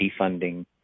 defunding